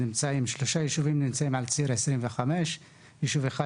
שלושה יישובים נמצאים על ציר 25 ויישוב אחד